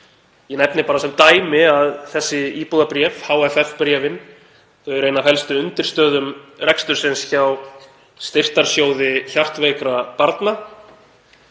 Ég nefni bara sem dæmi að þessi íbúðabréf, HFF-bréfin, eru ein af helstu undirstöðum rekstursins hjá Styrktarsjóði hjartveikra barna,